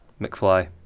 McFly